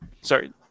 Sorry